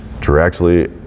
directly